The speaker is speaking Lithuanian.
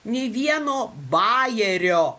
nei vieno bajerio